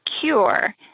cure